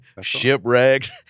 shipwrecked